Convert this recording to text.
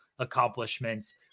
accomplishments